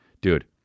Dude